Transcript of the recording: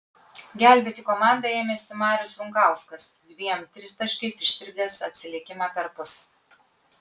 gelbėti komandą ėmėsi marius runkauskas dviem tritaškiais ištirpdęs atsilikimą perpus